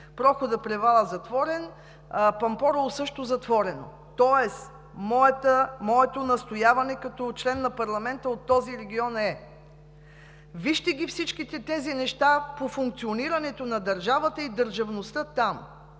проходът Превала затворен, Пампорово – също затворено! Моето настояване като член на парламента от този регион е: вижте всички тези неща по функционирането на държавата и държавността там.